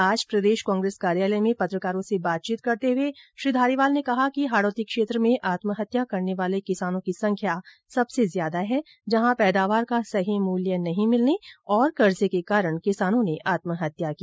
आज प्रदेश कांग्रेस कार्यालय में पत्रकारों से बातचीत करते हुए श्री धारीवाल ने कहा कि हाड़ौती क्षेत्र में आत्महत्या करने वाले किसानों की संख्या सबसे ज्यादा है जहां पैदावार का सही मूल्य नहीं मिलने और कर्जे के कारण किसानों ने आत्महत्या की